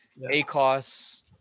ACOS